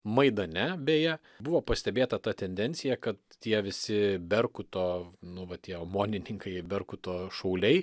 maidane beje buvo pastebėta ta tendencija kad tie visi berkuto nu va tie omonininkai berkuto šauliai